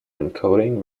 encoding